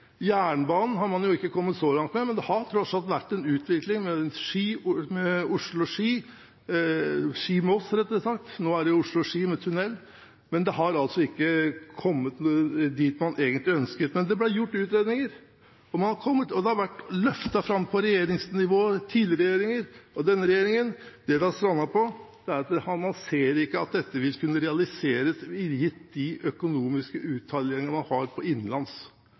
Jernbanen har man ikke kommet så langt med, men det har tross alt vært en utvikling, mellom Oslo og Ski, eller Ski–Moss, rettere sagt – nå er det Oslo–Ski med tunell. Men man har altså ikke kommet dit man egentlig ønsket. Men det ble gjort utredninger, og det har vært løftet fram på regjeringsnivå av tidligere regjeringer og denne regjeringen. Det det har strandet på, er at man ser ikke at dette vil kunne realiseres gitt de økonomiske uttellinger man har innenlands.